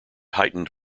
heightened